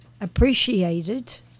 appreciated